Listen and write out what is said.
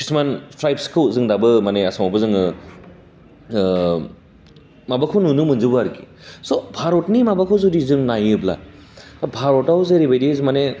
खिसुमानि ट्राइपसखौ जों दाबो मानि आसामावबो जोङो माबाखौ नुनो मोनजोबो आरोखि स भारतनि माबाखौ जुदि जों नायोब्ला भारतआव जेरैबायदि मानि